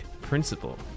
principle